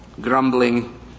grumbling